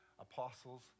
apostles